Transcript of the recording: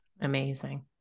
Amazing